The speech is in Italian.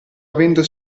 avendo